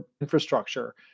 infrastructure